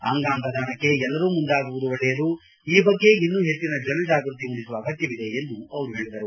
ಅಂಗಾಂಗ ದಾನಕ್ಕೆ ಎಲ್ಲರೂ ಮುಂದಾಗುವುದು ಒಳ್ಳೆಯದು ಈ ಬಗ್ಗೆ ಇನ್ನೂ ಹೆಚ್ಚಿನ ಜನ ಜಾಗೃತಿ ಮೂಡಿಸುವ ಅಗತ್ಯ ಇದೆ ಎಂದು ಹೇಳಿದರು